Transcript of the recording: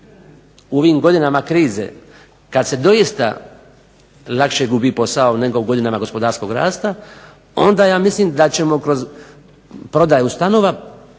u ovim godinama krize kad se doista lakše gubi posao nego u godinama gospodarskog rasta onda ja mislim da ćemo kroz prodaju stanova